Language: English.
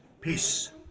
peace